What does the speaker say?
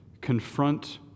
confront